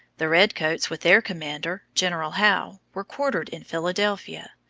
the redcoats with their commander, general howe, were quartered in philadelphia.